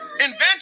invent